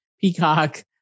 Peacock